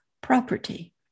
property